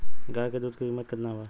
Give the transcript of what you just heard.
गाय के दूध के कीमत केतना बा?